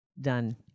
done